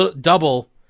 double